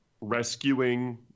rescuing